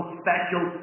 special